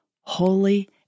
holy